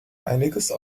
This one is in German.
einiges